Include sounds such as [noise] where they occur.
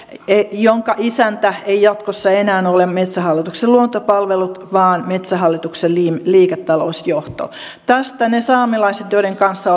jonka isäntä ei jatkossa enää ole metsähallituksen luontopalvelut vaan metsähallituksen liiketalousjohto tästä ne saamelaiset joiden kanssa [unintelligible]